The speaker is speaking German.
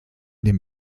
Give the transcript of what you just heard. dem